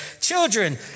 children